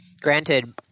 Granted